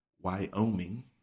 Wyoming